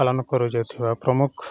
ପାଳନ କରାଯାଇଥିବା ପ୍ରମୁଖ